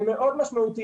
שהם מאוד משמעותיים.